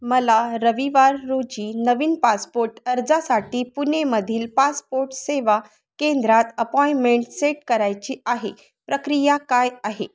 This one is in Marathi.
मला रविवार रोजी नवीन पासपोट अर्जासाठी पुणेमधील पासपोट सेवा केंद्रात अपॉइमेंट सेट करायची आहे प्रक्रिया काय आहे